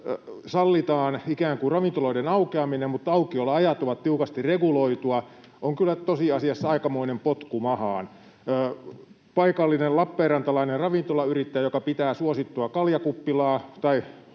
sallitaan ikään kuin ravintoloiden aukeaminen mutta aukioloajat ovat tiukasti reguloituja, on kyllä tosiasiassa aikamoinen potku mahaan. Paikallinen lappeenrantalainen ravintolayrittäjä, joka pitää suosittua kaljakuppilaa,